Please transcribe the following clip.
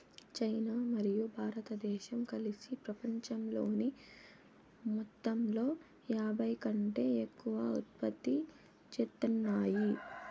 China మరియు భారతదేశం కలిసి పపంచంలోని మొత్తంలో యాభైకంటే ఎక్కువ ఉత్పత్తి చేత్తాన్నాయి